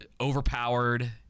overpowered